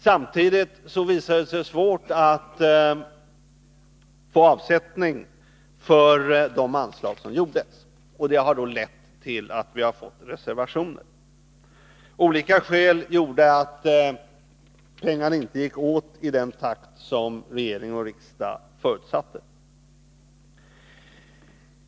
Samtidigt visade det sig svårt att få avsättning för de anslag som gjordes. Detta har lett till att vi har fått reservationer. Olika skäl gjorde att pengarna inte gick åt i den takt som regering och riksdag förutsatte.